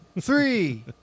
Three